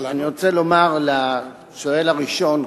אני רוצה לומר לשואל הראשון,